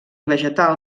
vegetal